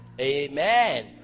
amen